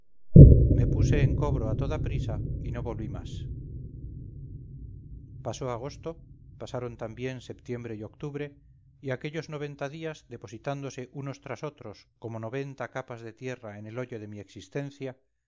me puse en cobro a toda prisa y no volví más pasó agosto pasaron también setiembre y octubre y aquellos noventa días depositándose unos tras otros como noventa capas de tierra en el hoyo de mi existencia